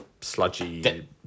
Sludgy